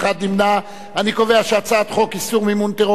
אני קובע שהצעת חוק איסור מימון טרור (תיקון מס' 4)